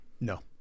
No